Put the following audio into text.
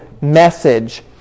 message